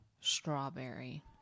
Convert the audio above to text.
Strawberry